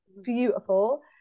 beautiful